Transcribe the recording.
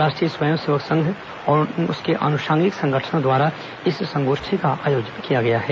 राष्ट्रीय स्वयं सेवक संघ और उसके आनुषांगिक संगठनों द्वारा इस संगोष्ठी का आयोजन किया गया है